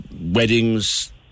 weddings